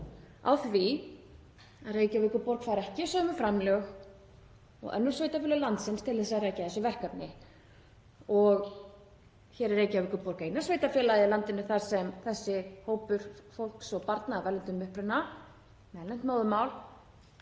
á því að Reykjavíkurborg fær ekki sömu framlög og önnur sveitarfélög landsins til að rækja þessi verkefni og Reykjavíkurborg er eina sveitarfélagið á landinu þar sem þessi hópur fólks og barna af erlendum uppruna með erlend móðurmál